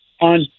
On